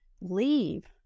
leave